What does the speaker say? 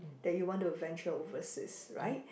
that you want to venture overseas right